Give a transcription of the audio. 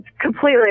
completely